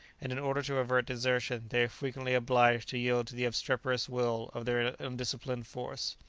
and in order to avert desertion they are frequently obliged to yield to the obstreperous will of their undisciplined force.